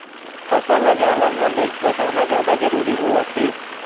फसल ल जानवर मन ले बचाना जादा जरूरी होवथे